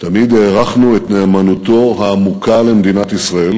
תמיד הערכנו את נאמנותו העמוקה למדינת ישראל,